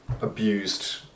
abused